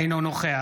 אינו נוכח